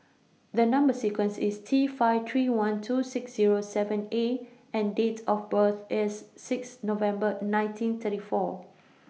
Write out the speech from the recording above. The Number sequence IS T five three one two six Zero seven A and Date of birth IS six November nineteen thirty four